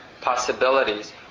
possibilities